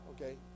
okay